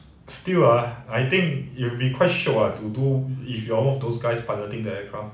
still ah I think it'll be quite shiok ah to do if you are all those guys piloting the aircraft